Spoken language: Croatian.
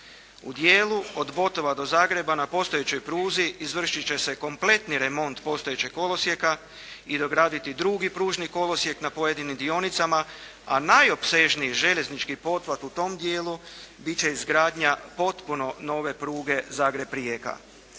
U dijelu od Botova do Zagreba na postojećoj pruzi izvršit će se kompletni remont postojećeg kolosijeka i dograditi drugi pružni kolosijek na pojedinim dionicama. A najopsežniji željeznički pothvat u tom dijelu bit će izgradnja potpuno nove pruge Zagreb-Rijeka.